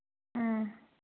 ꯎꯝ